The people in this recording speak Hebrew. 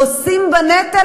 נושאים בנטל,